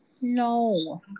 No